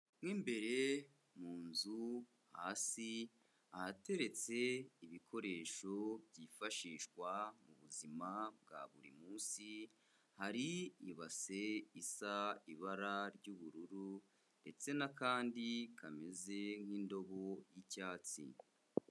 Mo imbere mu nzu hasi ahateretse ibikoresho byifashishwa mu buzima bwa buri munsi, hari ibase isa ibara ry'ubururu ndetse n'akandi kameze nk'indobo y'icyatsi.